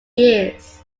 years